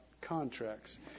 contracts